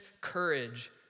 courage